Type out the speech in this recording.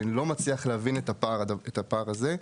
אני לא מצליח להבין את הפער הזה.